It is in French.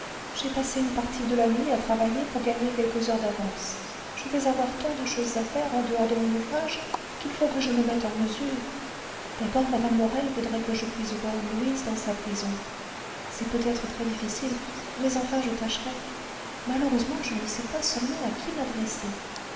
j'ai passé une partie de la nuit à travailler pour gagner quelques heures d'avance je vais avoir tant de choses à faire en dehors de mon ouvrage qu'il faut que je me mette en mesure d'abord mme morel voudrait que je puisse voir louise dans sa prison c'est peut-être très-difficile mais enfin je tâcherai malheureusement je ne sais pas seulement à qui m'adresser